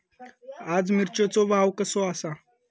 आज मिरचेचो भाव कसो आसा?